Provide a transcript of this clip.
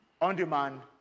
on-demand